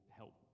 help